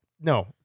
No